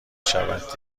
شود